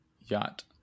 Yacht